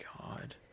god